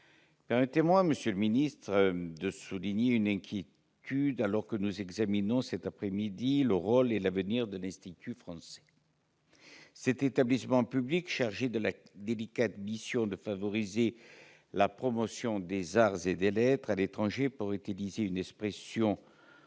Permettez-moi, monsieur le secrétaire d'État, d'exprimer une inquiétude, alors que nous débattons cet après-midi du rôle et de l'avenir de l'Institut français. Cet établissement public, chargé de la délicate mission de favoriser la promotion des arts et des lettres à l'étranger, pour utiliser une expression volontairement